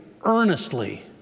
earnestly